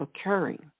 occurring